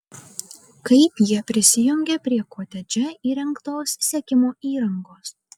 kaip jie prisijungė prie kotedže įrengtos sekimo įrangos